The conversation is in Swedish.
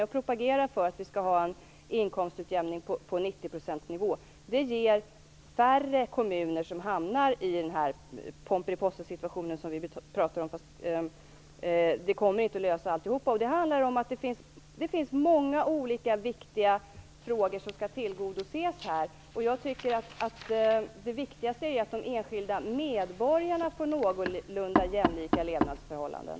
Jag propagerade för att vi skall ha en inkomstutjämning på 90-procentsnivån. Det innebär att färre kommuner hamnar i ett Pomperipossaläge, som vi pratar om, även om det inte kommer att lösa alla problem. Det handlar om att många olika viktiga frågor skall tillgodoses, och jag tycker att det viktigaste är att de enskilda medborgarna får någorlunda jämlika levnadsförhållanden.